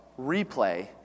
Replay